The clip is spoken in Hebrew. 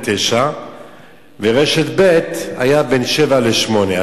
ל-09:00 וברשת ב' זה היה בין 07:00 ל-08:00.